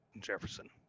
Jefferson